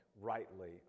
rightly